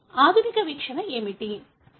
ఆధునిక వీక్షణ ఏమిటి